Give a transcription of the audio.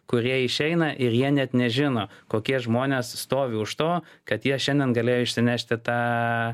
kurie išeina ir jie net nežino kokie žmonės stovi už to kad jie šiandien galėjo išsinešti tą